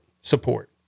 support